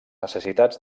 necessitats